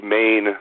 main